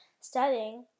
studying